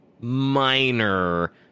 minor